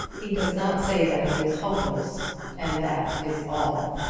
he does not say that it is hopeless and that is all.